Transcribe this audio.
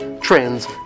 trends